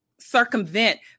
circumvent